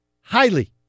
Highly